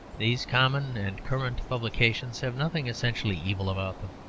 these common and current publications have nothing essentially evil about them.